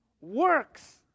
Works